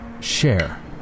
share